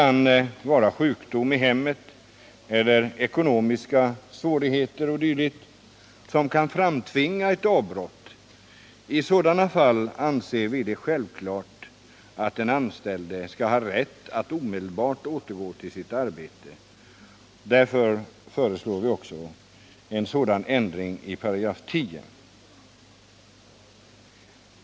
Sjukdom i hemmet eller ekonomiska svårigheter o.d. kan framtvinga ett avbrott. I sådana fall anser vi det självklart att den anställde skall ha rätt att omedelbart återgå till sitt arbete. Därför föreslår vi en sådan ändring av 10 8.